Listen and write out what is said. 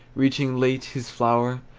reaching late his flower,